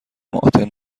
آتن